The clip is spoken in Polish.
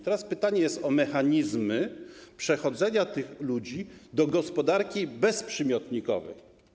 Teraz jest pytanie o mechanizmy przechodzenia tych ludzi do gospodarki bezprzymiotnikowej.